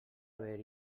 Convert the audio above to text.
haver